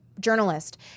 journalist